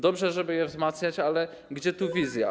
Dobrze, żeby je wzmacniać, ale gdzie tu wizja?